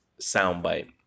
soundbite